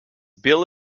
bill